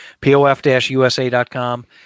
POF-USA.com